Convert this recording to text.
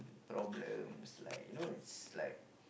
problems like you know it's like